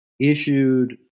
issued